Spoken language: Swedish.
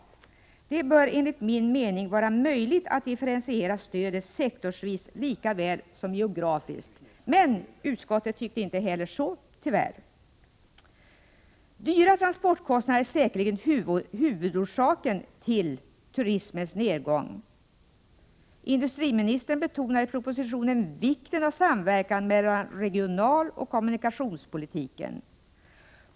Det bör enligt min mening vara möjligt att differentiera stödet sektorsvis lika väl som geografiskt. Men inte heller på den här punkten tyckte utskottet detsamma. Dyra transportkostnader är säkerligen huvudorsaken till turismens nedgång. Industriministern betonar i propositionen vikten av samverkan mellan regionalpolitiken och kommunikationspolitiken.